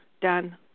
done